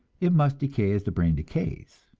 it must decay as the brain decays